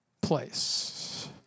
place